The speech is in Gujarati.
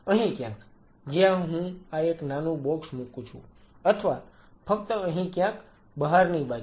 અહી ક્યાંક જ્યાં હું આ એક નાનું બોક્સ મૂકું છું અથવા ફક્ત અહી ક્યાંક બહારની બાજુએ